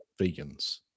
vegans